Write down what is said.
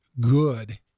good